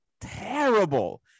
terrible